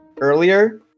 earlier